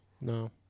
No